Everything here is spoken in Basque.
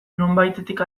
nonbaitetik